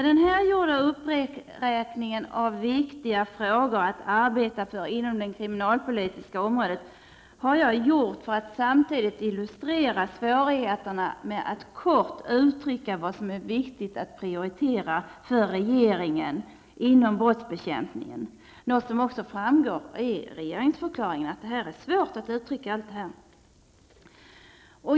Den här gjorda uppräkningen av viktiga frågor att arbeta med inom det kriminalpolitiska området har jag gjort för att samtidigt illustrera svårigheterna med att kort uttrycka vad som är viktigt att prioritera för regeringen inom brottsbekämpningen -- något som också framgår av regeringsförklaringen.